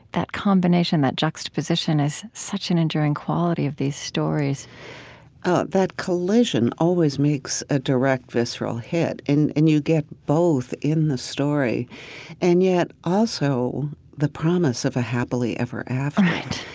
that combination, that juxtaposition is such an endearing quality of these stories that collision always makes a direct visceral hit. and you get both in the story and yet also the promise of a happily ever after right